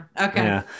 Okay